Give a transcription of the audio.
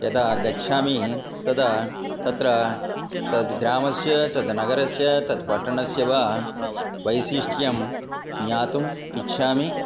यदा गच्छामि तदा तत्र तत् ग्रामस्य तत् नगरस्य तत् पट्टणस्य वा वैशिष्ट्यं ज्ञातुम् इच्छामि